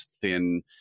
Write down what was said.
thin